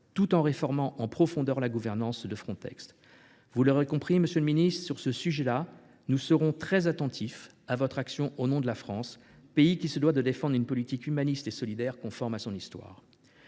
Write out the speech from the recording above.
une réforme en profondeur de la gouvernance de Frontex. Vous l’aurez compris, monsieur le ministre, sur ce sujet, nous serons très attentifs à l’action que vous mènerez au nom de la France, pays qui se doit de défendre une politique humaniste et solidaire, conforme à son histoire.